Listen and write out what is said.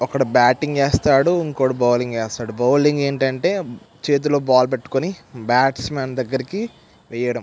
ఒకడు బ్యాటింగ్ వేస్తాడు ఇంకొకడు బౌలింగ్ వేస్తాడు బౌలింగ్ ఏంటంటే చేతిలో బాల్ పెట్టుకుని బ్యాట్స్మేన్ దగ్గరకి వేయడం